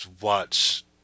watch